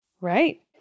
Right